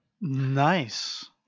Nice